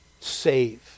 save